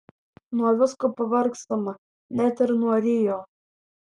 nuo visko pavargstama net ir nuo rio